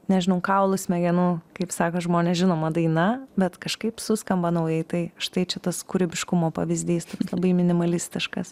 nežinau kaulų smegenų kaip sako žmonės žinoma daina bet kažkaip suskamba naujai tai štai čia tas kūrybiškumo pavyzdys toks labai minimalistiškas